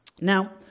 Now